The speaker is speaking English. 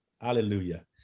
hallelujah